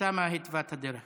חברות וחברי הכנסת,